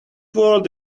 world